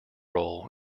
role